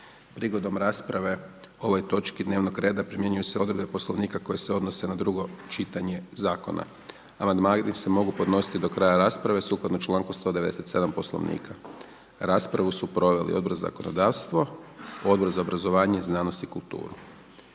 Prigodom rasprave o ovoj točki dnevnog reda, primjenjuju se odredbe poslovnika koji se odnose na drugo čitanje zakona. Amandman i se mogu podnositi do kraja rasprave, sukladno čl. 197 poslovnika. Raspravu su proveli Odbor za zakonodavstvo, Odbor za obrazovanje znanost i kulturu.